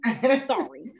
sorry